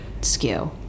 skew